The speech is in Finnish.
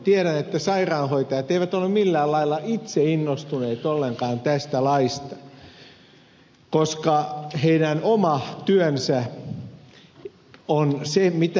tiedän että sairaanhoitajat eivät ole millään lailla itse innostuneet ollenkaan tästä laista koska heidän oma työnsä on se mitä he haluavat tehdä